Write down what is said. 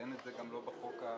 זה גם לא בחוק המקורי.